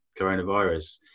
coronavirus